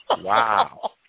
Wow